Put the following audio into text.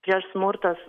tie smurtas